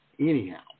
Anyhow